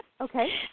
Okay